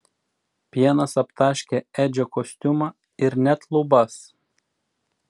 pienas aptaškė edžio kostiumą ir net lubas